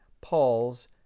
Paul's